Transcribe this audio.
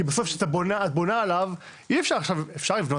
כי בסוף כשאת בונה עליו אי אפשר עשיו להרוס.